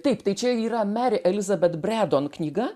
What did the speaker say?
taip tai čia yra mary elizabeth braddon knyga